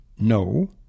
No